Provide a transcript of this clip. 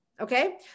Okay